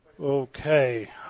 Okay